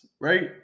right